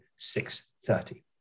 6.30